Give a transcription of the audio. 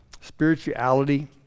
spirituality